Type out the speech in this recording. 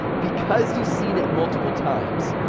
because you've seen it multiple times,